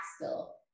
bill